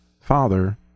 father